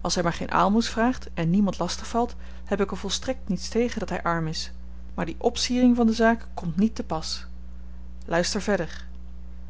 als hy maar geen aalmoes vraagt en niemand lastig valt heb ik er volstrekt niet tegen dat hy arm is maar die opsiering van de zaak komt niet te pas luister verder